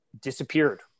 disappeared